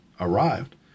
arrived